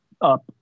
up